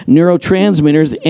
Neurotransmitters